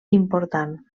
important